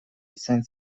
izan